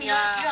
ya